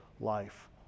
life